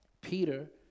Peter